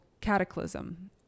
cataclysm